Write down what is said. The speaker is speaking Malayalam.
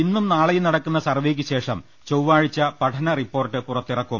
ഇന്നും നാളെയും നടക്കുന്ന സർവേക്കുശേഷം ചൊവ്വാഴ്ച പഠനറിപ്പോർട്ട് പുറത്തിറക്കും